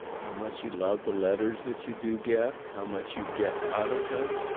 how much you love the letters that you do get, how much you get out of them,